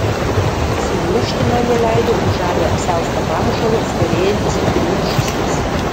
sugniužti man neleido už žalio apsiausto pamušalo storėjantis kupiūrų šūsnis